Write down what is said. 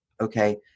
Okay